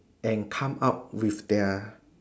and come up with their